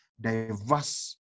diverse